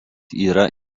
yra